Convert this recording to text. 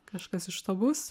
kažkas iš to bus